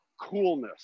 coolness